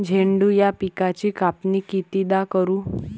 झेंडू या पिकाची कापनी कितीदा करू?